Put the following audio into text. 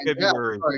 February